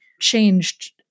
changed